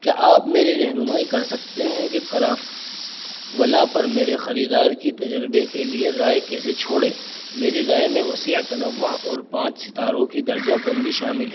کیا آپ میری رہنمائی کر سکتے ہیں کہ قرافٹس والا پر میرے خریدار کی تجربے کے لیے رائے کیسے چھوڑیں میری رائے میں وسیع تنوع اور پانچ ستاروں کی درجہ بندی شامل ہے